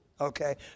okay